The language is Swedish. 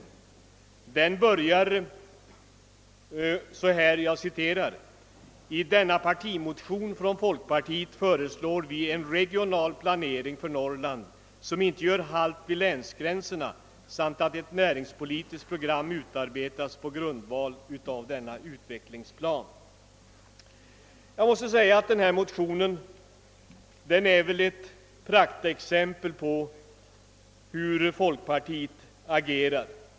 Motionen börjar på följande sätt: »I denna partimotion från folkpartiet föreslår vi en regional planering för Norrland som inte gör halt vid länsgränserna samt att ett näringspolitiskt program utarbetas på grundval av denna utvecklingsplan.» Denna motion är ett praktexempel på hur folkpartiet agerar.